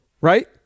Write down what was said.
right